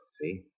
See